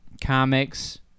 comics